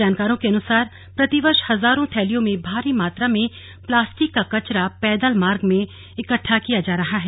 जानकारों के अनुसार प्रतिवर्ष हजारों थैलियों में भारी मात्रा में प्लास्टिक का कचरा पैदल मार्ग से इकट्ठा किया जा रहा है